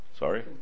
Sorry